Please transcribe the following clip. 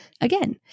again